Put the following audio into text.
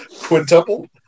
Quintuple